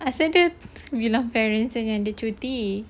asal dia bilang parents dia yang cuti